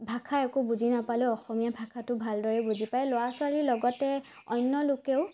ভাষা একো বুজি নাপালেও অসমীয়া ভাষাটো ভালদৰে বুজি পায় ল'ৰা ছোৱালীৰ লগতে অন্য লোকেও